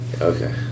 Okay